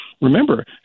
remember